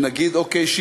שנגיד: אוקיי,